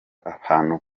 abantu